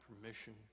permission